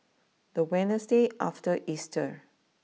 the Wednesday after Easter